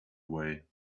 away